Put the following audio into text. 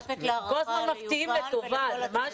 אתם כל הזמן מפתיעים לטובה, זה משהו.